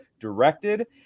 directed